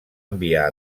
enviar